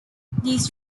these